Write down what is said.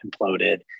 imploded